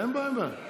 אין בעיה, אין בעיה.